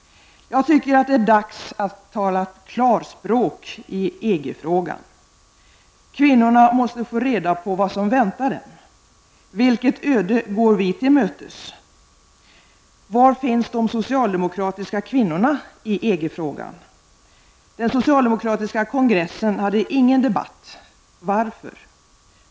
Jag tycker att det är dags att tala klarspråk i EG frågan. Kvinnorna måste få reda på vad som väntar dem. Vilket öde går vi till mötes? Var finns de socialdemokratiska kvinnorna i EG-frågan? Den socialdemokratiska kongressen hade ingen debatt. Varför?